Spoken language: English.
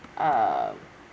um